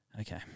Okay